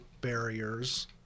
barriers